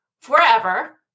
forever